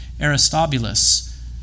Aristobulus